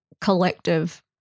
collective